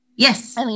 Yes